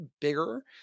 bigger